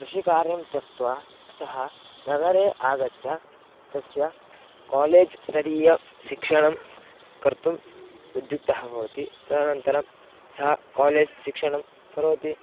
कृषिकार्यं त्यक्त्वा सः नगरे आगत्य तस्य कालेज् स्तरीयशिक्षणं कर्तुम् उद्युक्तः भवति तदनन्तरं सः कालेज् शिक्षणं करोति